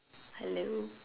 hello